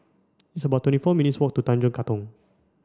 it's about twenty four minutes' walk to Tanjong Katong